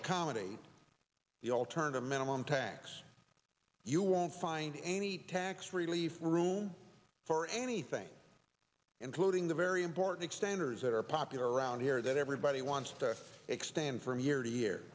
accommodate the alternative minimum tax you won't find any tax relief room for anything including the very important standards that are popular around here that everybody wants to expand from year to year